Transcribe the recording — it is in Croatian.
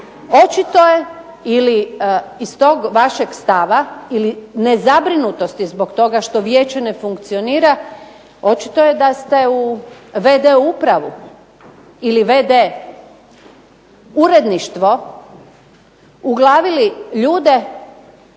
Očito je ili iz tog vašeg stava ili nezabrinutosti zbog toga što vijeće ne funkcionira očito je da ste u v.d. upravu ili v.d. uredništvo uglavili ljude